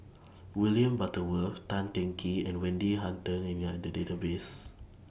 William Butterworth Tan Teng Kee and Wendy Hutton and We Are in The Database